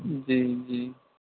جی جی